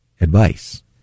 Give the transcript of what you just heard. advice